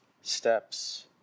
steps